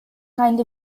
kind